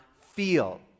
feel